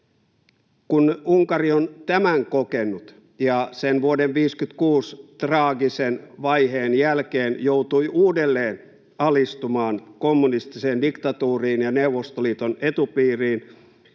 Kun Unkari on tämän kokenut ja sen vuoden 56 traagisen vaiheen jälkeen joutui uudelleen alistumaan kommunistiseen diktatuuriin ja Neuvostoliiton etupiiriin,